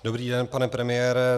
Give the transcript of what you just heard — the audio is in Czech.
Dobrý den, pane premiére.